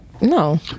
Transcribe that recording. no